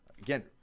again